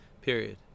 period